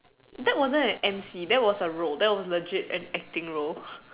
that wasn't an M_C that was a role that was legit an acting role